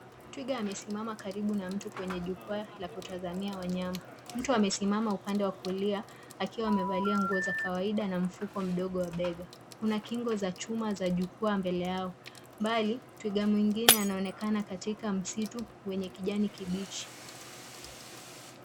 Twiga amesimama karibu na mtu kwenye jukwaa la kutazamia wanyama. Mtu amesimama upande wa kulia, akiwa amevalia nguo za kawaida na mfuko mdogo wa bega. Kuna kingo za chuma za jukwaa mbele yao. Mbali, twiga mwingine anaonekana katika msitu wenye kijani kibichi.